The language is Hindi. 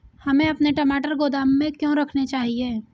हमें अपने टमाटर गोदाम में क्यों रखने चाहिए?